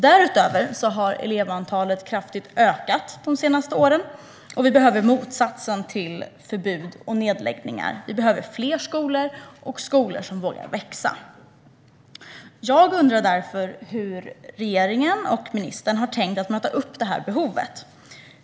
Därtill har elevantalet ökat kraftigt de senaste åren. Vi behöver motsatsen till förbud och nedläggningar. Vi behöver fler skolor och skolor som vågar växa. Jag undrar därför hur regeringen och ministern har tänkt möta detta behov.